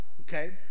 okay